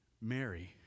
Mary